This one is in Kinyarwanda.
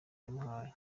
yamuhaye